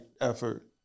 effort